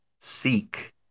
seek